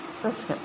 जासिगोन